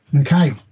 Okay